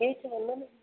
हे